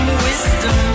wisdom